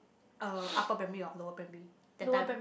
uh upper primary or lower primary that time